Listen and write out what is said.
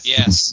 Yes